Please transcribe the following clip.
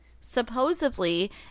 Supposedly